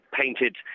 painted